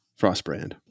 Frostbrand